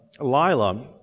Lila